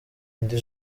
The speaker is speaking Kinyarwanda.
indi